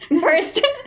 first